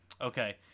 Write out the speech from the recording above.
Okay